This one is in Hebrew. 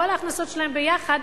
כל ההכנסות שלהם ביחד